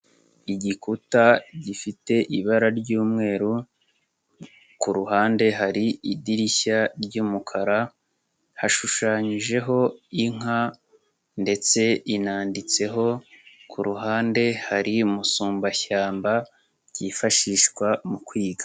Igikuta gifite ibara ry'umweru, ku ruhande hari idirishya ry'umukara, hashushanyijeho inka ndetse inanditseho, ku ruhande hari musumbashyamba, ryifashishwa mukwiga.